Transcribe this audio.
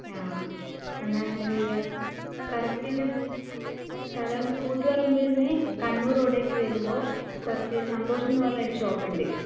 ആ എന്നാൽ അങ്ങനെ ചെയ്യാം കറക്റ്റ് ഇത് സ്ഥലം കൂത്തുപറമ്പിൽ നിന്ന് കണ്ണൂർ റോഡിലേക്ക് വരുമ്പോൾ കുറച്ച് സന്തോഷ് എന്ന് പറഞ്ഞ ഷോപ്പ് ഉണ്ട്